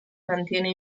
mantiene